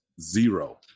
zero